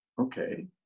okay